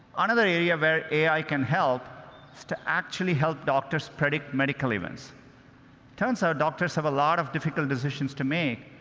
another area where ai can help is to actually help doctors predict medical events. it turns out, doctors have a lot of difficult decisions to make,